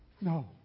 No